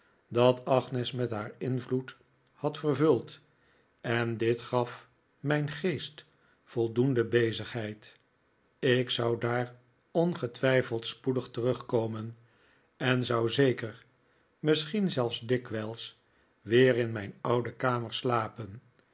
dat agnes met haar invloed had vervuld en dit gaf mijn geest voldoende bezigheid ik zou daar ongetwijfeld spoedig terugkomen en zou zeker misschien zelfs dikwijls weer in mijn oude kamer slapen